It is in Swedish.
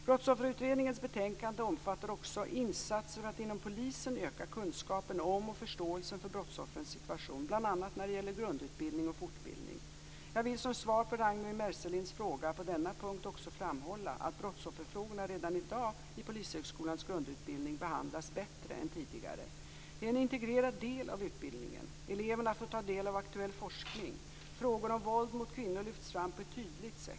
Brottsofferutredningens betänkande omfattar också insatser för att inom polisen öka kunskapen om och förståelsen för brottsoffrens situation, bl.a. när det gäller grundutbildning och fortbildning. Jag vill som svar på Rangwi Marcelinds fråga på denna punkt också framhålla att brottsofferfrågorna redan i dag i Polishögskolans grundutbildning behandlas bättre än tidigare. De är en integrerad del av utbildningen. Eleverna får ta del av aktuell forskning. Frågor om våld mot kvinnor lyfts fram på ett tydligt sätt.